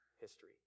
history